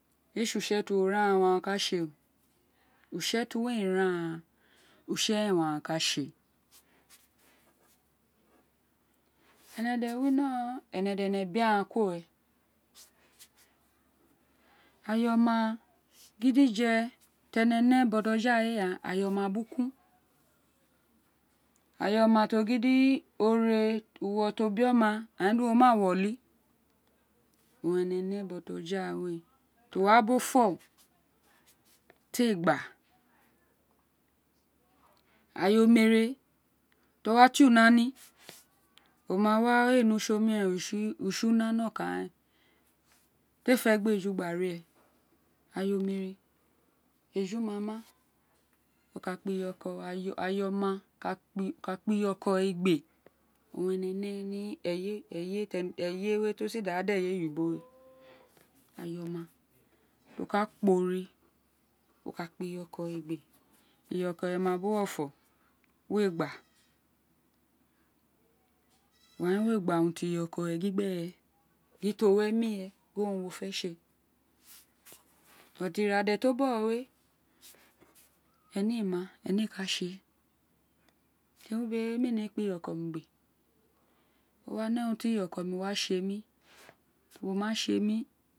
Eê tsi utse tí wo ran aghan owun a ka tse o utse tí wí a man aghan utse érèn o wùn a ka tsi éè énè de winó énè de bi aghan kuro a yoma gidije ténè ne bọjawe ghaan ayoma buru kun ayoma ti o gidi ore uwo to bi oma a yin dí uwo ma, wo uli owun énè né boja we tí wa bo fó tí éé gba a ya omere ti o wa tí una ni o ma wa we éè ní utse omiren utse una nó kan ren tí éè fé gí eju gba ri éè aya omere eju ma ma oka kpe iyọkọ aya ọkọ o ka kpi iyọkọ igbe owun énè né ní eye tí o si dà eyewe oyibo ayoma tí o ka kpa ore o ka kpa iyọkọ igbe iyọkọ ma bí uwo fó we gba wa in we gba urun tí iyọkọ gin gbérè gin to wi emi re gin owun wo fé tsi éè ira dé tí o bọgho we énè éèmáà énè éè ka tsi éè temí wí ubo we imi ee nemí kpi iyọkọ mí igbe o wa ne urun tí uyọkọ mí wa tsi éè mí o ma tse mí